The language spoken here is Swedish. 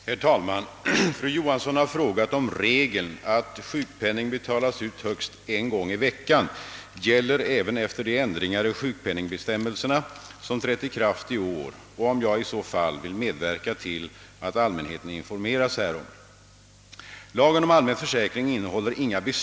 Herr talman! Fru Johansson har frågat, om regeln att sjukpenning betalas ut högst en gång i veckan gäller även efter de ändringar i sjukpenningbestämmelserna som trätt i kraft i år och om jag i så fall vill medverka till att allmänheten informeras härom.